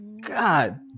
God